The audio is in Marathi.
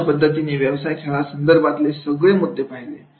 अशा पद्धतीने व्यवसाय खेळासंदर्भातले सगळे मुद्दे पहिले